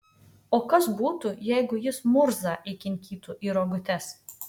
o kas būtų jeigu jis murzą įkinkytų į rogutes